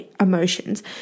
emotions